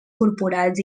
corporals